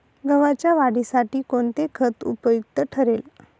गव्हाच्या वाढीसाठी कोणते खत उपयुक्त ठरेल?